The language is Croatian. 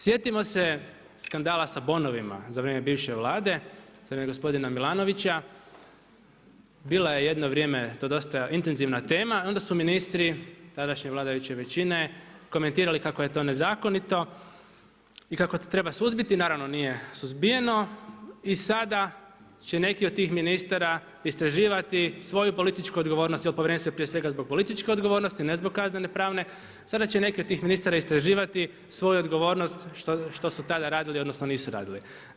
Sjetimo se skandala sa bonovima za vrijeme više vlada gospodina Milanovića bila je jedno vrijeme to dosta intenzivna tema onda su ministri tadašnje vladajuće većine komentirali kako je to nezakonito i kako to treba suzbiti i naravno nije suzbijeno i sada će neki od tih ministara istraživati svoju političku odgovornost jer povjerenstvo je prije svega zbog političke odgovornosti, ne zbog kaznene pravne, sada će neki od tih ministara istraživati svoju odgovornost što su tada radili odnosno nisu radili.